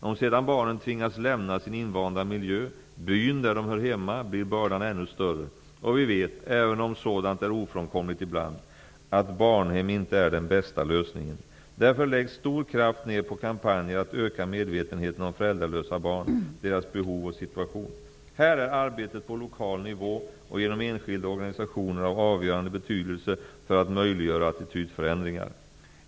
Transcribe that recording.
Om sedan barnen tvingas lämna sin invanda miljö, byn där de hör hemma, blir bördan ännu större. Och vi vet, även om sådant är ofrånkomligt ibland, att barnhem inte är den bästa lösningen. Därför läggs stor kraft ner på kampanjer för att öka medvetenheten om föräldralösa barn, deras behov och situation. Här är arbetet på lokal nivå och genom enskilda organisationer av avgörande betydelse för att möjliggöra attitydförändringar.